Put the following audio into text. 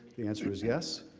the answer is yes.